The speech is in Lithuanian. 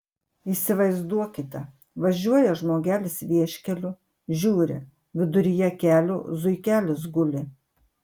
įsivaizduokite važiuoja žmogelis vieškeliu žiūri viduryje kelio zuikelis guli